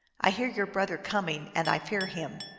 i hear your brother coming, and i fear him.